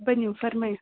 ؤنِو فرمٲوِو